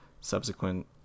subsequent